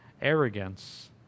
Arrogance